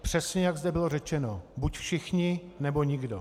Přesně jak zde bylo řečeno: buď všichni, nebo nikdo.